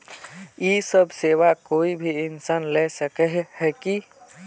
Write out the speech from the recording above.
इ सब सेवा कोई भी इंसान ला सके है की?